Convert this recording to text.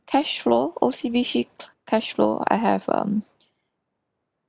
cashflo O_C_B_C cashflo I have um